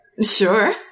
Sure